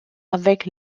avec